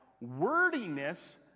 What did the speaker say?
wordiness